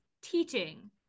teaching